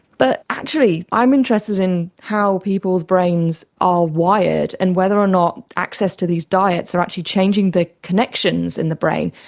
but actually i'm interested in how people's brains are wired and whether or not access to these diets are actually changing the connections in the brain.